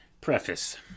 Preface